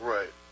Right